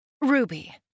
Ruby